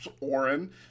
Oren